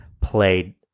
played